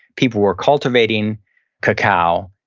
people were cultivating cacao,